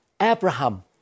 Abraham